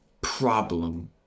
problem